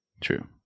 True